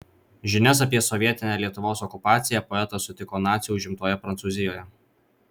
žinias apie sovietinę lietuvos okupaciją poetas sutiko nacių užimtoje prancūzijoje